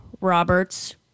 Roberts